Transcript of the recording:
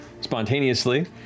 spontaneously